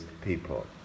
people